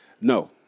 No